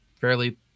fairly